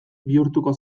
bihurtuko